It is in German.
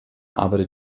arbeitet